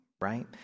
right